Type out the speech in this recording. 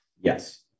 Yes